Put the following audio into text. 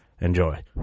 enjoy